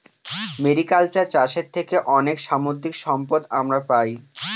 mariculture চাষের থেকে অনেক সামুদ্রিক সম্পদ আমরা পাই